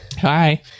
Hi